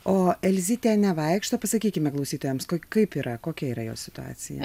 o elzytė nevaikšto pasakykime klausytojams kaip yra kokia yra jos situacija